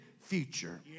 future